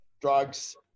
drugs